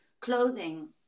clothing